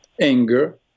anger